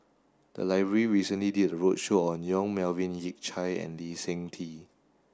the library recently did a roadshow on Yong Melvin Yik Chye and Lee Seng Tee